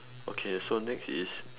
okay so next is